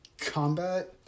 combat